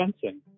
fencing